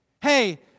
Hey